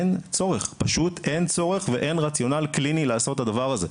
אין צורך ואין רציונל קליני לעשות את הדבר הזה,